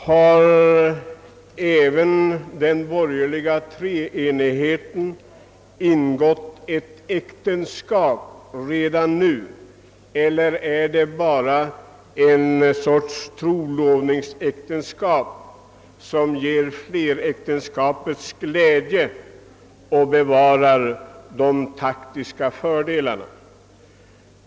Har den borgerliga treenigheten ingått äktenskap redan nu, eller rör det sig bara om en sorts trolovning som ger äktenskapets glädje? Vill man endast bevara de taktiska fördelarna?